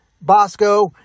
Bosco